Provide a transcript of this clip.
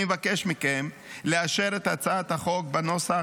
אני מבקש מכם לאשר את הצעת החוק בנוסח